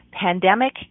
pandemic